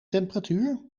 temperatuur